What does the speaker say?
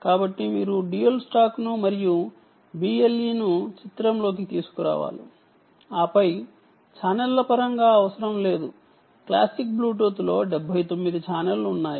కాబట్టి మీరు డ్యూయల్ స్టాక్ను మరియు BLE ను చిత్రంలోకి తీసుకురావాలి ఆపై ఛానెల్ల పరంగా చూసినట్లైతే క్లాసిక్ బ్లూటూత్లో 79 ఛానెల్లు ఉన్నాయి